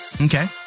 Okay